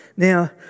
Now